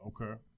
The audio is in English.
Okay